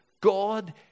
God